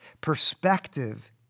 Perspective